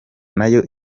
nayo